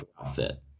outfit